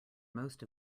most